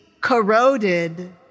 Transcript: corroded